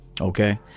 okay